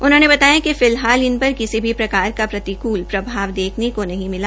उन्होंने बताया कि फिलहाल इन पर किसी भी प्रकार का प्रतिकूल प्रभाव देखने को नहीं मिला